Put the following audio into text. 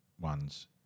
ones